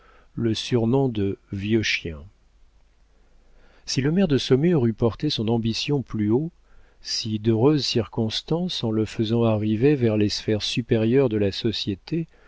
le surnom de vieux chien si le maire de saumur eût porté son ambition plus haut si d'heureuses circonstances en le faisant arriver vers les sphères supérieures de la société